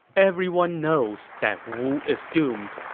everyone knows that wu is doomed.